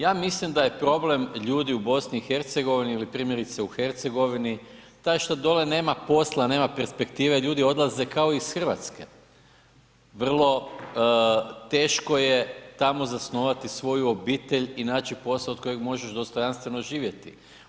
Ja mislim da je problem ljudi u BiH ili primjerice u Hercegovini taj što dole nema posla, nema perspektive, ljudi odlaze kao iz Hrvatske, vrlo teško je tamo zasnovati svoju obitelj i naći posao od kojeg možeš dostojanstveno živjeti.